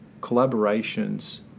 collaborations